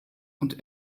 und